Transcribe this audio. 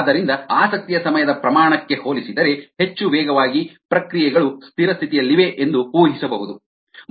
ಆದ್ದರಿಂದ ಆಸಕ್ತಿಯ ಸಮಯದ ಪ್ರಮಾಣಕ್ಕೆ ಹೋಲಿಸಿದರೆ ಹೆಚ್ಚು ವೇಗವಾಗಿ ಪ್ರಕ್ರಿಯೆಗಳು ಸ್ಥಿರ ಸ್ಥಿತಿಯಲ್ಲಿವೆ ಎಂದು ಊಹಿಸಬಹುದು